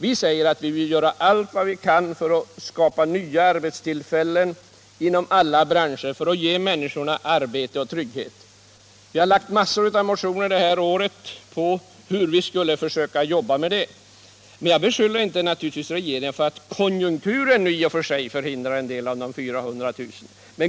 Vi säger att vi vill göra allt vad vi kan för att skapa nya arbetstillfällen inom alla branscher i syfte att ge människorna arbete och trygghet. Vi har väckt mängder av motioner det här året om hur vi skulle försöka jobba med det. Jag beskyller naturligtvis inte regeringen för att konjunkturen i och för sig förhindrar en del av de 400 000 jobben.